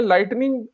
Lightning